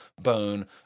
bone